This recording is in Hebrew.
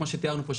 כמו שתיארנו פה,